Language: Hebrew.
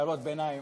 הערות ביניים,